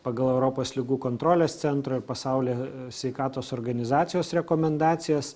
pagal europos ligų kontrolės centro ir pasaulio sveikatos organizacijos rekomendacijas